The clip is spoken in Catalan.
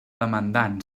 demandant